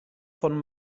von